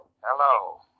Hello